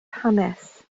hanes